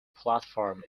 platform